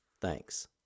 Thanks